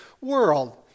world